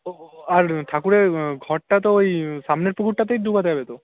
ও আর ঠাকুরের ঘটটা তো ওই সামনের পুকুরটাতেই ডোবাতে হবে তো